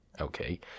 Okay